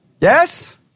Yes